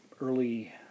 early